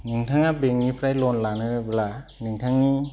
नोंथाङा बेंकनिफ्राय लन लानोब्ला नोंथांनि